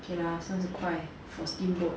okay lah 三十块 for steamboat